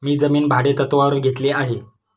मी जमीन भाडेतत्त्वावर घेतली आहे